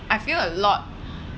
I feel a lot